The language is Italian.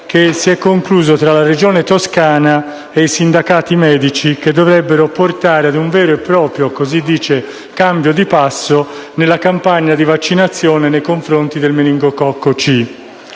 che si è concluso tra la Regione Toscana e i sindacati medici, che dovrebbe portare - così si dice - a un vero e proprio cambio di passo nella campagna di vaccinazione nei confronti del meningococco C.